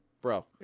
Bro